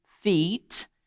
feet